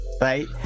right